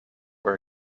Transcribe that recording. were